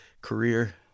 career